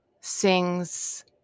sings